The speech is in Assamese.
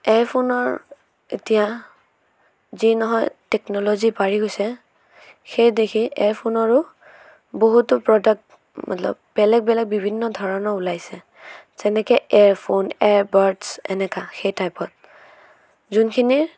এয়াৰফোনৰ এতিয়া যে নহয় টেকন'লজি বাঢ়ি গৈছে সেইদিশে এয়াৰফোনৰো বহুতো প্ৰডাক্ট মতলব বেলেগ বেলেগ বিভিন্ন ধৰণৰ ওলাইছে যেনেকৈ এয়াৰফোন এয়াৰবাটছ এনেকুৱা সেই টাইপত যোনখিনিৰ